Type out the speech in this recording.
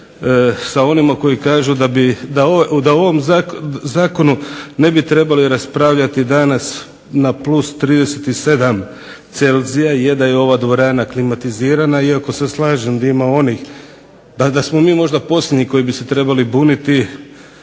sa onima koji kažu da o ovom zakonu ne bi trebali raspravljati danas na +37 celzija, je da je ova dvorana klimatizirana iako se slažem da ima onih pa da smo mi možda posljednji koji bi se trebali buniti